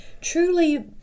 truly